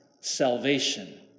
salvation